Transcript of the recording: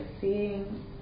seeing